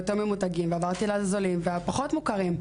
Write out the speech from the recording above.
והממותגים יותר ועברתי לזולים ופחות מוכרים,